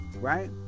right